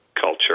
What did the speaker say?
culture